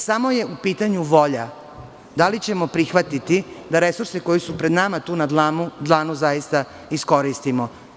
Samo je u pitanju volja da li ćemo prihvatiti da resurse koji su pred nama, tu na dlanu, zaista iskoristimo.